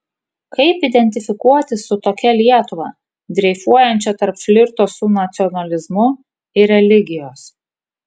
kaip identifikuotis su tokia lietuva dreifuojančia tarp flirto su nacionalizmu ir religijos